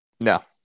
No